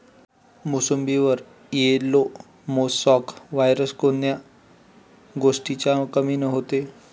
मोसंबीवर yellow mosaic virus कोन्या गोष्टीच्या कमीनं होते?